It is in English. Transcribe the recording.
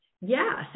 Yes